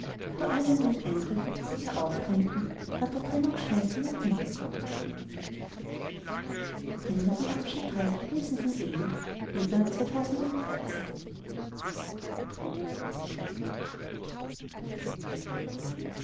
ueber all den neuen eindrücken die sich ihr aufdrängten trat der trennungsschmerz in den hintergrund